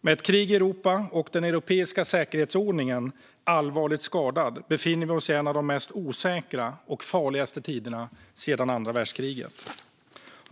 Med ett krig i Europa och den europeiska säkerhetsordningen allvarligt skadad befinner vi oss i en av de mest osäkra och farligaste tiderna sedan andra världskriget.